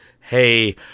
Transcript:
Hey